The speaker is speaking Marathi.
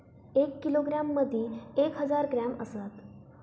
एक किलोग्रॅम मदि एक हजार ग्रॅम असात